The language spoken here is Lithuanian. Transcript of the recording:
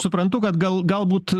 suprantu kad gal galbūt